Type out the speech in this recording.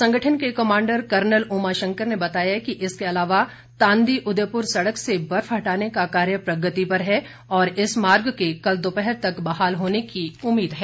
संगठन के commander colonel Umashankar ने बताया कि इसके अलावा तांदी उदयपुर सड़क से बर्फ हटाने का कार्य प्रगति पर है और इस मार्ग के कल दोपहर तक बहाल होने की उम्मीद है